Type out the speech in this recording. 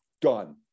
Done